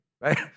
right